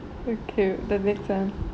okay the next one